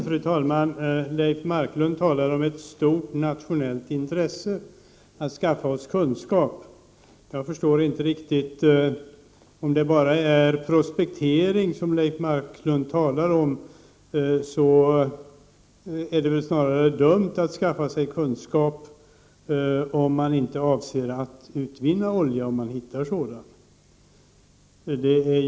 Fru talman! Leif Marklund talar om att det är ett stort nationellt intresse för oss att skaffa kunskaper. Om Leif Marklund enbart talar om prospektering, är det väl snarare dumt att skaffa sig kunskaper om man inte avser att utvinna olja om man verkligen hittar någon.